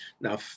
Now